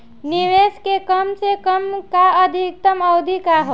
निवेश के कम से कम आ अधिकतम अवधि का है?